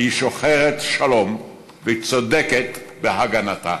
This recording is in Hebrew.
כי היא שוחרת שלום והיא צודקת בהגנתה.